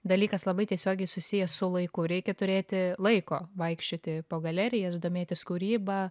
dalykas labai tiesiogiai susijęs su laiku reikia turėti laiko vaikščioti po galerijas domėtis kūryba